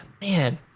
man